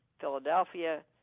philadelphia